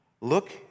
Look